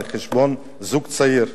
על חשבון זוג צעיר,